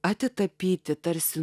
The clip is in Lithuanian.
atitapyti tarsi